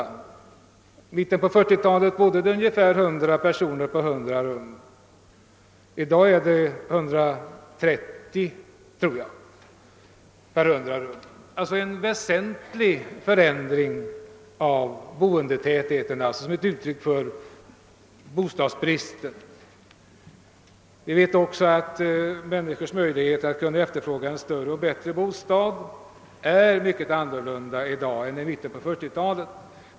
I mitten av 1940-talet bodde ungefär 100 personer per 100 rum, i dag är det 100 personer per 130 rum. Det är alltså en förändring av boendetätheten som ett uttryck för bostadsbristen. Vi vet också att människors möjlighet att kunna efterfråga en större och bättre bostad är mycket annorlunda i dag än i mitten av 1940-talet.